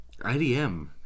IDM